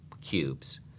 cubes